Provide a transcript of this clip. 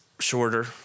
Shorter